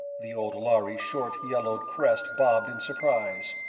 the old lhari's short, yellowed crest bobbed in surprise.